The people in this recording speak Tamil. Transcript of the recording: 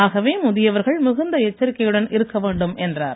ஆகவே முதியவர்கள் மிகுந்த எச்சரிக்கையுடன் இருக்க வேண்டும் என்றார்